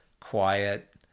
quiet